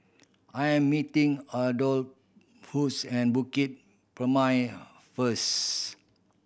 I am meeting Adolphus and Bukit Purmei first